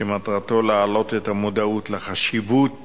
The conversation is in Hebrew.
שמטרתו להעלות את המודעות לחשיבות